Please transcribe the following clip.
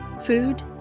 food